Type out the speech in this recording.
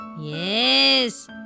Yes